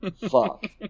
Fuck